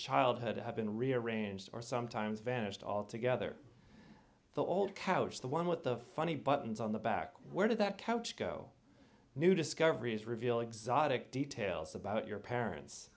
childhood have been rearranged or sometimes vanished all together the old couch the one with the funny buttons on the back where did that couch go new discoveries reveal exotic details about your parents